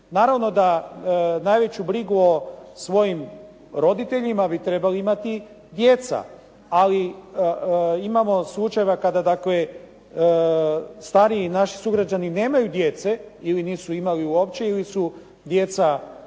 Naravno da najveću brigu o svojim roditeljima bi trebali imati djeca, ali imamo slučajeva kada dakle stariji naši sugrađani nemaju djece, ili nisu imali uopće ili su djeca